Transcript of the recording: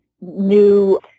new